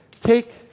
take